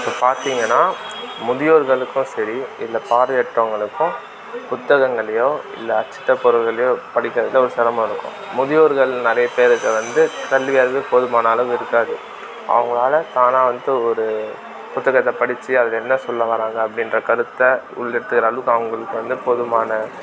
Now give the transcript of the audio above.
இப்போ பார்த்தீங்கன்னா முதியோர்களுக்கும் சரி இல்லை பார்வையற்றவங்களுக்கும் புத்தகங்களையோ இல்லை அச்சிட்ட பொருள்களையோ படிக்கிறதில் ஒரு சிரமம் இருக்கும் முதியோர்கள் நிறைய பேருக்கு வந்து கல்வியறிவு போதுமான அளவு இருக்காது அவங்களால தானாக வந்து ஒரு புத்தகத்தை படிச்சு அதில் என்ன சொல்ல வராங்கள் அப்படின்ற கருத்தை உள் எடுத்துக்கிற அளவுக்கு அவங்களுக்கு வந்து போதுமான